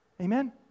Amen